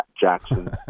Jackson